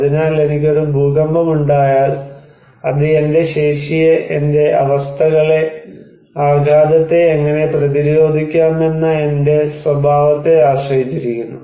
അതിനാൽ എനിക്ക് ഒരു ഭൂകമ്പം ഉണ്ടായാൽ അത് എന്റെ ശേഷിയെ എന്റെ അവസ്ഥകളെ ആഘാതത്തെ എങ്ങനെ പ്രതിരോധിക്കാമെന്ന എന്റെ സ്വഭാവത്തെ ആശ്രയിച്ചിരിക്കുന്നു